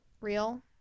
real